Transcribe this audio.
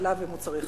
ומוצרי חלב.